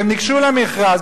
והם ניגשו למכרז,